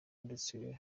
ndetse